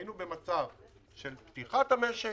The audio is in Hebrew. היינו במצב של פתיחת המשק,